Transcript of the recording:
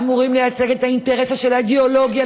אמורים לייצג את האינטרס של האידיאולוגיה.